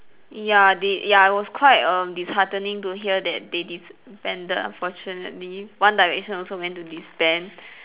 ya they ya it was quite err disheartening to hear that they disbanded unfortunately one direction also went to disband